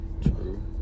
True